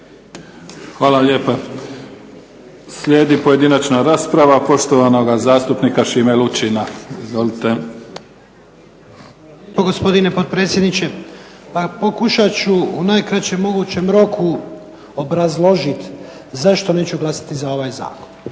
Hvala lijepa. Slijedi pojedinačna rasprava poštovanoga zastupnika Šime Lučina. Izvolite. **Lučin, Šime (SDP)** Gospodine potpredsjedniče. Pokušat ću u najkraćem mogućem roku obrazložit zašto neću glasati za ovaj zakon.